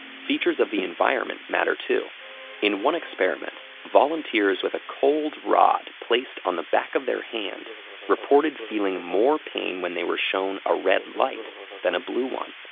features of the environment matter too in one experiment, volunteers with a cold rod placed on the back of their hand reported feeling more pain when they were shown a red light than a blue one,